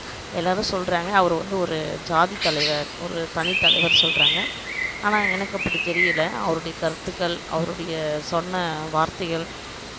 எல்லோரும் சொல்லுறாங்க அவர் வந்து ஒரு ஜாதித்தலைவர் ஒரு தனித்தலைவர் சொல்லுறாங்க ஆனால் எனக்கு அப்படி தெரியலை அவருடைய கருத்துக்கள் அவருடைய சொன்ன வார்த்தைகள்